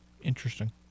Interesting